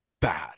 bad